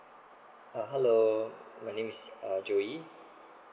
uh hello my name is uh joey